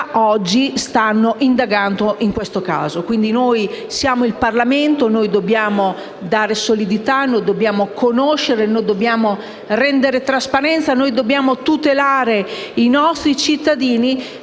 oggi stanno indagando su questo caso. Noi siamo il Parlamento e dobbiamo dare solidità. Noi dobbiamo conoscere e garantire trasparenza. Noi dobbiamo tutelare i nostri cittadini